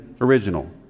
original